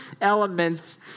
elements